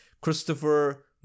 Christopher